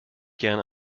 gerne